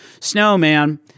Snowman